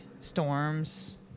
Storms